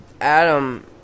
Adam